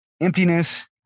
emptiness